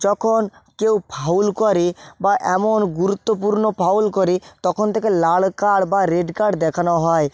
যখন কেউ ফাউল করে বা এমন গুরুত্বপূর্ণ ফাউল করে তখন থেকে লাল কার্ড বা রেড কার্ড দেখানো হয়